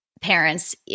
parents